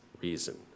reason